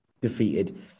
defeated